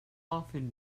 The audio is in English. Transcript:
often